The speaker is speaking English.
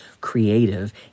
creative